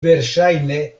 verŝajne